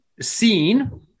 seen